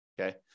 okay